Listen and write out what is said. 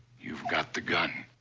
you've got the gun.